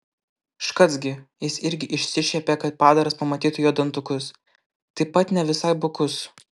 škac gi jis irgi išsišiepė kad padaras pamatytų jo dantukus taip pat ne visai bukus